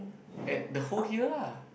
at the whole hill lah